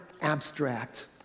abstract